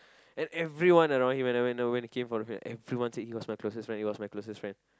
and everyone around him when I know came for the funeral everyone said he was my closest friend he was my closest friend